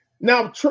Now